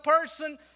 person